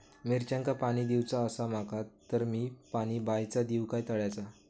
मिरचांका पाणी दिवचा आसा माका तर मी पाणी बायचा दिव काय तळ्याचा?